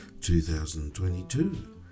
2022